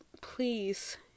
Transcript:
please